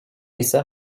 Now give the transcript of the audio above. ise